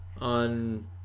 on